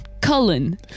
Cullen